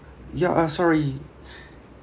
ya ah sorry